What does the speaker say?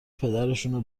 پدرشونو